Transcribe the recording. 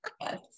Yes